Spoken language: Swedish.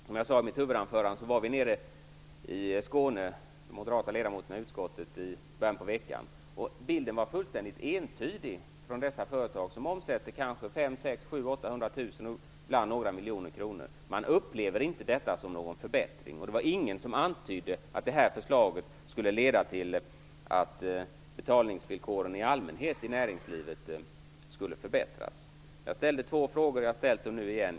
Som jag sade i mitt huvudanförande var vi moderater i skatteutskottet i Skåne och besökte småföretag. Bilden var fullständigt entydig från dessa företag som omsätter kanske 500 000-800 000 kr, ibland några miljoner kronor. De upplever inte detta som någon förbättring. Det var ingen som antydde att det här förslaget skulle leda till att betalningsvillkoren i allmänhet i näringslivet skulle förbättras. Jag ställde frågor förut. Jag har ställt dem nu igen.